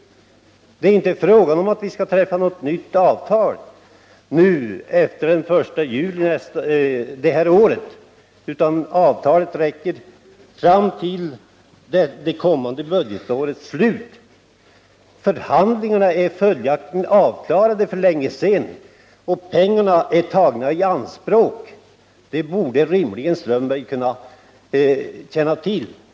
Det är inte fråga om att vi skall träffa något nytt avtal efter den 1 juli i år. Avtalet räcker fram till det kommande budgetårets slut. Förhandlingarna är följaktligen avklarade för länge sedan, och pengarna är tagna i anspråk. Det borde Håkan Strömberg rimligen känna till.